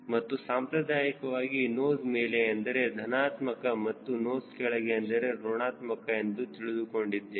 ಮತ್ತು ಸಾಂಪ್ರದಾಯಿಕವಾಗಿ ನೋಸ್ ಮೇಲೆ ಎಂದರೆ ಧನಾತ್ಮಕ ಮತ್ತು ನೋಸ್ ಕೆಳಗೆ ಎಂದರೆ ಋಣಾತ್ಮಕ ಎಂದು ತಿಳಿದುಕೊಂಡಿದ್ದೇವೆ